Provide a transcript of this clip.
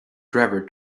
driver